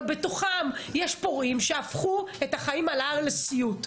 אבל בתוכם יש פורעים שהפכו את החיים על ההר לסיוט.